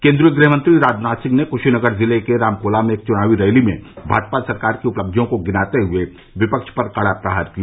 केंद्रीय गृह मंत्री राजनाथ सिंह ने कुशीनगर जिले के रामकोला में एक चुनावी रैली में भाजपा सरकार की उपलब्धियों को गिनाते हुए विपक्ष पर कड़ा प्रहार किया